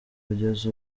kugeza